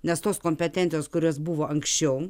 nes tos kompetencijos kurios buvo anksčiau